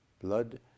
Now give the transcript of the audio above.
blood